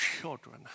children